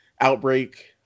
outbreak